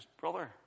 Brother